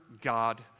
God